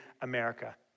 America